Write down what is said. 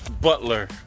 Butler